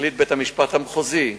החליט בית-המשפט המחוזי,